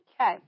Okay